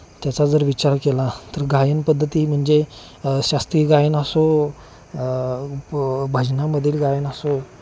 त्याचा जर विचार केला तर गायन पद्धती म्हणजे शास्त्रीय गायन असो ब भजनामधील गायन असो